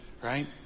right